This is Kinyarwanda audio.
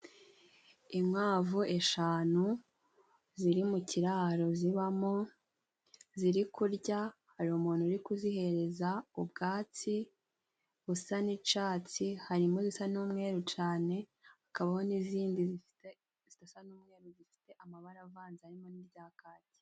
Inkwavu eshanu ziri mu kiraro zibamo, ziri kurya, hari umuntu uri kuzihereza ubwatsi busa n'icatsi, harimo izisa n'umweru cane, hakabaho n'izindi zidasa n'umweru zifite amabara avanze harimo n'irya kaki.